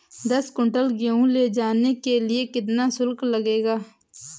दस कुंटल गेहूँ ले जाने के लिए कितना शुल्क लगेगा?